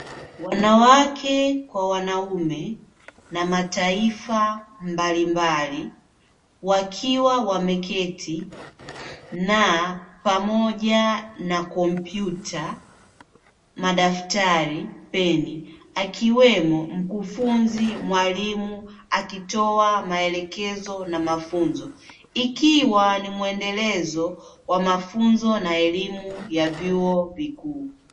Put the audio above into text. Wanawake kwa wanaume na mataifa mbalimbali, wakiwa wameketi na pamoja na kompyuta, madaftari, peni. Akiwemo mkufunzi mwalimu akitoa maelekezo na mafunzo. Ikiwa ni mwendelezo wa mafunzo na elimu ya vyuo vikuu.